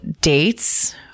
dates